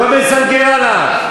לא מסנגר עליו.